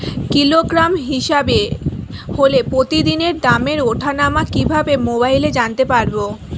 Kilogram হিসাবে হলে প্রতিদিনের দামের ওঠানামা কিভাবে মোবাইলে জানতে পারবো?